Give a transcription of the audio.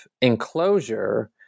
enclosure